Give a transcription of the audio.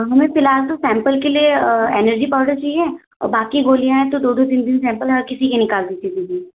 हमें फ़िलहाल तो सैंपल के लिए एनर्जी पाउडर चाहिए और बाकि गोलियां हैं तो दो दो तीन तीन सैंपल हर किसी के निकाल दीजिए दीदी